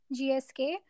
GSK